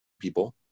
people